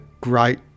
great